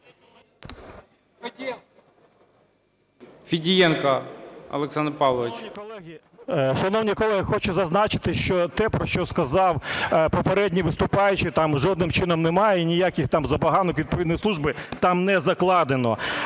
Федієнко Олександр Павлович.